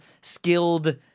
skilled